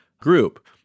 group